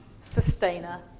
sustainer